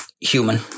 human